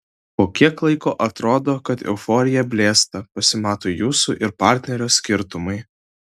po kiek laiko atrodo kad euforija blėsta pasimato jūsų ir partnerio skirtumai